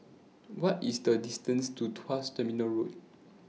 What IS The distance to Tuas Terminal Road